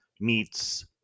meets